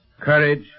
Courage